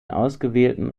ausgewählten